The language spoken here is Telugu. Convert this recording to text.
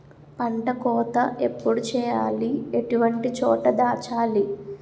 పంట కోత ఎప్పుడు చేయాలి? ఎటువంటి చోట దాచాలి?